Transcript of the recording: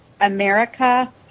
america